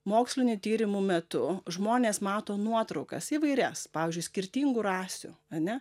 mokslinių tyrimų metu žmonės mato nuotraukas įvairias pavyzdžiui skirtingų rasių ane